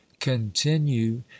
continue